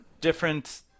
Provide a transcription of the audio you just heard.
different